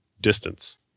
distance